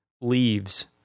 leaves